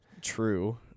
True